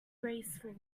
graceful